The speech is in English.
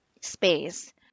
space